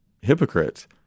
hypocrites